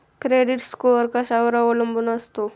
Credit score कशावर अवलंबून असतो?